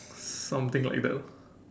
something like that lah